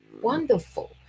wonderful